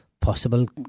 possible